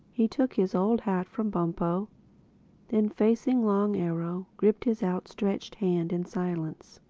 he took his old hat from bumpo then facing long arrow, gripped his outstretched hand in silence.